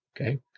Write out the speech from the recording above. Okay